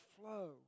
flow